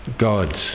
God's